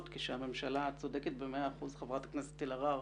כשהממשלה צודקת במאה אחוזים חברת הכנסת אלהרר